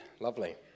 Lovely